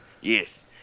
yes